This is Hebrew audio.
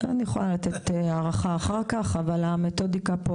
הואיל ומדובר בתהליך ניסיוני,